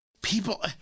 People